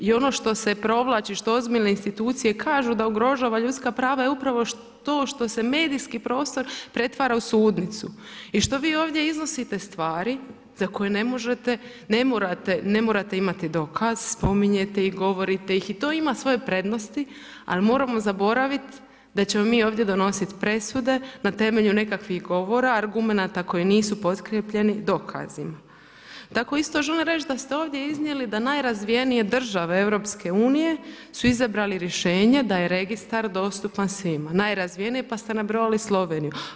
I ono što se provlači, što ozbiljne institucije kažu da ugrožava ljudska prava je upravo to što se medijski prostor pretvara u sudnicu i što vi ovdje iznosite stvari za koje ne možete, ne morate imati dokaz, spominjete ih, govorite ih i to ima svoje prednosti, ali moramo zaboravit da ćemo mi ovdje donosit presude na temelju nekakvih govora, argumenata koji nisu potkrijepljeni dokazima. tako isto želim reći da ste ovdje iznijeli da najrazvijenije države EU su izabrali rješenja da je registar dostupan svima, najrazvijenije pa ste nabrojali Sloveniju.